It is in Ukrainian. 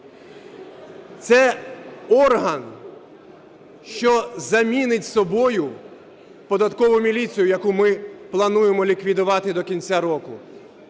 Це орган, що замінить собою податкову міліцію, яку ми плануємо ліквідувати до кінця року.